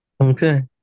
Okay